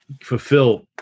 fulfill